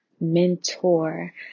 mentor